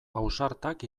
ausartak